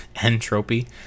Entropy